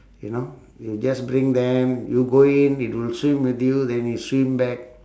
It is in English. you know you just bring them you go in it will swim with you then it swim back